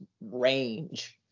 range